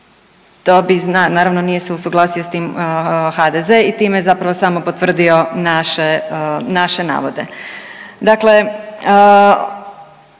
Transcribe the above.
naravno, nije se usuglasio s tim HDZ i time zapravo samo potvrdio naše navode.